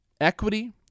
equity